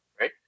right